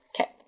Okay